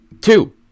two